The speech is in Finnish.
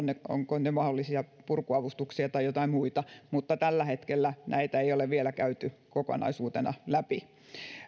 ovatko ne mahdollisia purkuavustuksia tai jotain muita mutta tällä hetkellä näitä ei ole vielä käyty kokonaisuutena läpi